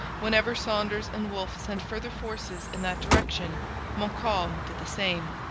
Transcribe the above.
whenever saunders and wolfe sent further forces in that direction montcalm did the same.